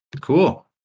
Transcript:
Cool